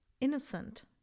innocent